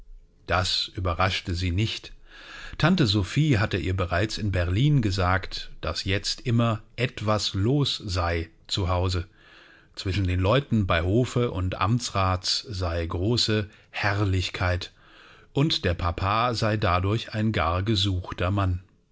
das überraschte sie nicht tante sophie hatte ihr bereits in berlin gesagt daß jetzt immer etwas los sei zu hause zwischen den leuten bei hofe und amtsrats sei große herrlichkeit und der papa sei dadurch ein gar gesuchter mann